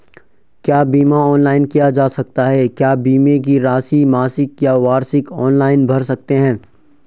क्या बीमा ऑनलाइन किया जा सकता है क्या बीमे की राशि मासिक या वार्षिक ऑनलाइन भर सकते हैं?